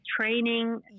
training